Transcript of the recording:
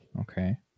Okay